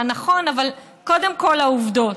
מה נכון, אבל קודם כל, העובדות.